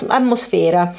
atmosfera